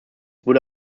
wurde